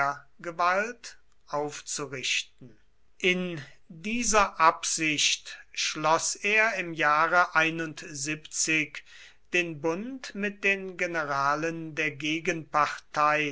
condottiergewalt aufzurichten in dieser absicht schloß er im jahre den bund mit den generalen der